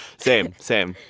same. same.